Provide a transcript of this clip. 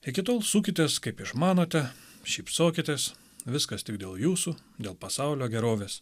iki tol sukitės kaip išmanote šypsokitės viskas tik dėl jūsų dėl pasaulio gerovės